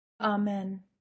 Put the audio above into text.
Amen